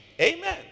Amen